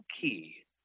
key